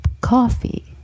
Coffee